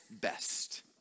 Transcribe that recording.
best